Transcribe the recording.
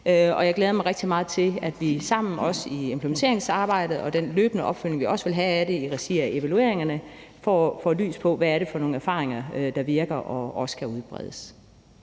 mig rigtig meget til, at vi sammen også i implementeringsarbejdet og den løbende opfølgning, vi også vil have af det i regi af evalueringerne, får belyst, hvad det er for nogle erfaringer, der virker og også kan udbredes.